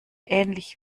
ähnlich